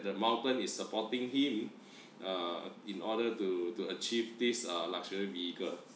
the mountain is supporting him err in order to to achieve this uh luxury vehicle